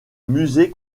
musée